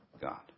God